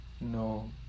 no